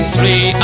Three